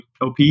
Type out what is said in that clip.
op